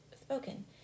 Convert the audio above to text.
spoken